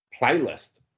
playlist